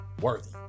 worthy